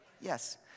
Yes